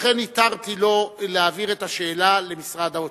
לכן התרתי לו להעביר את השאלה למשרד האוצר.